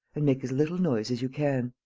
and make as little noise as you can.